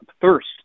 thirst